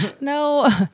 No